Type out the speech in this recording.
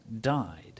died